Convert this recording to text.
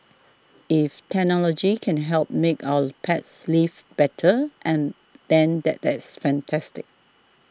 if technology can help make our pets lives better and than that is fantastic